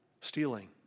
stealing